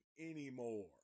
anymore